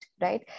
right